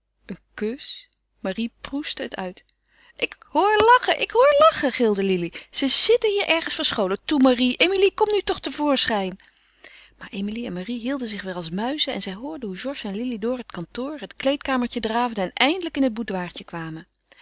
een kus marie proestte het uit ik hoor lachen ik hoor lachen gilde lili ze zitten hier ergens verscholen toe marie emilie kom nu toch te voorschijn maar emilie en marie hielden zich weer als muizen en zij hoorden hoe georges en lili door het kantoor het kleedkamertje draafden en eindelijk in het boudoirtje kwamen